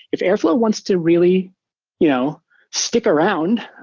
if airflow wants to really you know stick around,